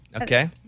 Okay